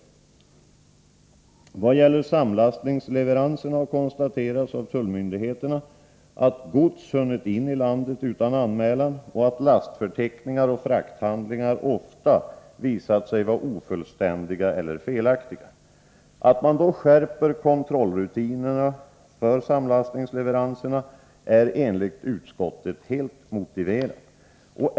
I vad gäller samlastningsleveranserna har konstaterats av tullmyndigheterna att gods hunnit in i landet utan anmälan och att lastförteckningar och frakthandlingar ofta har visat sig vara ofullständiga eller felaktiga. Att man då skärper kontrollrutinerna för samlastningsleveranser är enligt utskottets mening helt motiverat.